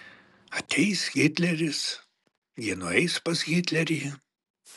ateis hitleris jie nueis pas hitlerį